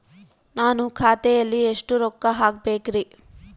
ನಾನು ಖಾತೆಯಲ್ಲಿ ಎಷ್ಟು ರೊಕ್ಕ ಹಾಕಬೇಕ್ರಿ?